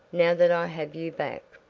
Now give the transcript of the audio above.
now that i have you back.